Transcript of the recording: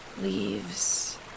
Leaves